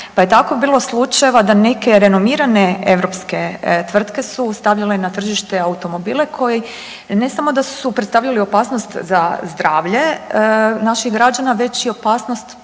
Pa je tako bilo slučajeva da neke renomirane europske tvrtke su stavile na tržište automobile koji ne samo da su predstavljali opasnost za zdravlje naših građana već i opasnost